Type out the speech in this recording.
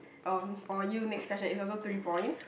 um for you next question is also three points